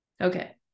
okay